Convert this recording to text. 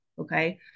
Okay